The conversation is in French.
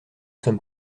sommes